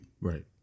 Right